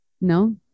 no